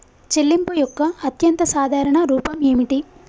చెల్లింపు యొక్క అత్యంత సాధారణ రూపం ఏమిటి?